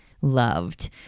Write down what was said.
loved